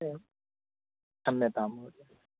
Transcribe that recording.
एवं क्षम्यतां महोदया